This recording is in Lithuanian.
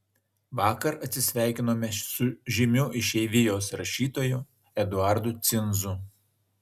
vakar atsisveikinome su žymiu išeivijos rašytoju eduardu cinzu